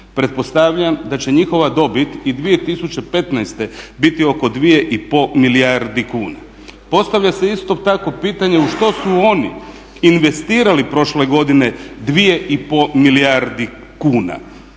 Pretpostavljam da će njihova dobit i 2015. biti oko 2,5 milijardi kuna. Postavlja se isto tako pitanje u što su oni investirali prošle godine 2,5 milijardi kuna.